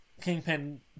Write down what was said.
kingpin